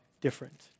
different